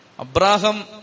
Abraham